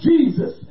Jesus